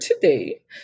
today